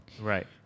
Right